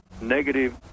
negative